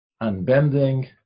unbending